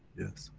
yes.